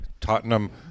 Tottenham